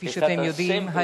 כפי שאתם יודעים,